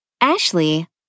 Ashley